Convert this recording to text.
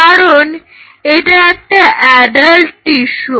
কারণ এটা একটা অ্যাডাল্ট টিস্যু